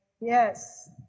yes